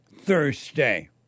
Thursday